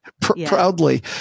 proudly